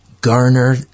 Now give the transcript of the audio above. garner